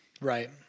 Right